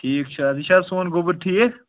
ٹھیٖک چھِ حظ یہِ چھِ حظ سون گوٚبُر ٹھیٖک